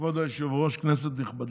כבוד היושב-ראש, כנסת נכבדה,